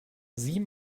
sieh